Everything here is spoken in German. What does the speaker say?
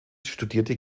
studierte